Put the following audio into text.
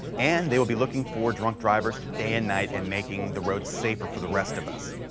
and they will be looking for drunk drivers day and night and making the roads safer for the rest of us.